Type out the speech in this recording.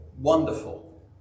Wonderful